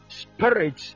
spirit